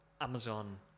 Amazon